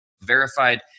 verified –